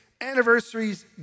anniversaries